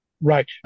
Right